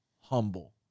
humble